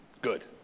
Good